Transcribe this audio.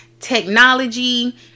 technology